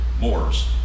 moors